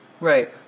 Right